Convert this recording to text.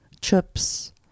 chips